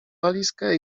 walizkę